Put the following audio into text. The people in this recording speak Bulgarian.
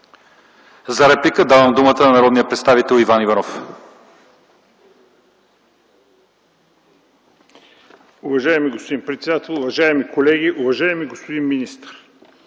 За реплика давам думата на народния представител Иван Иванов.